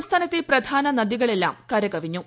സംസ്ഥാനത്തെ പ്രധാന നദികളെല്ലാം കരകവിഞ്ഞു